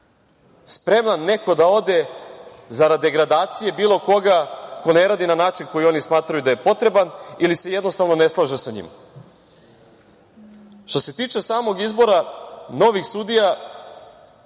spreman neko da ode zarad degradacije bilo koga ko ne radi na način koji oni smatraju da je potreban ili se jednostavno ne slaže sa njima. Što se tiče samog izbora novih sudija,